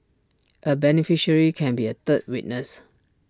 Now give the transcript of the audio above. A beneficiary can be A third witness